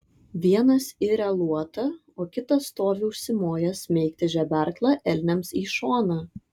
vienas iria luotą o kitas stovi užsimojęs smeigti žeberklą elniams į šoną